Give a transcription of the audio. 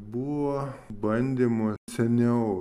buvo bandymų seniau